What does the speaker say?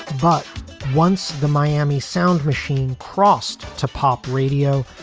but once the miami sound machine crossed to pop radio,